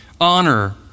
honor